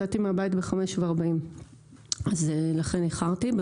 לכאן ולכן איחרתי.